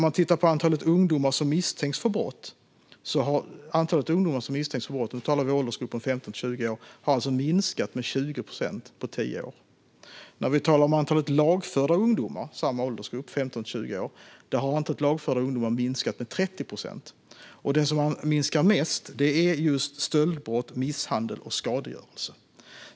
Antalet ungdomar som misstänks för brott - nu talar vi om åldersgruppen 15-20 år - har minskat med 20 procent på tio år. Antalet lagförda ungdomar i samma åldersgrupp har minskat med 30 procent. Det som har minskat mest är just stöldbrott, misshandel och skadegörelse.